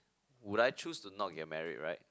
would I choose to not get married right